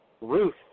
Ruth